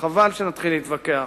חבל שנתחיל להתווכח.